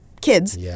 kids